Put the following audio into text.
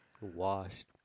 Washed